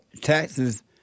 taxes